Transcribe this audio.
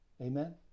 Amen